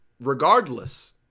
regardless